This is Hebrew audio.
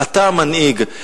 אתה המנהיג.